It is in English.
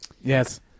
Yes